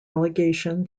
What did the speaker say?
allegation